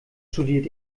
studiert